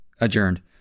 adjourned